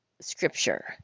scripture